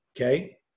Okay